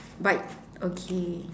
but okay